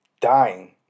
Dying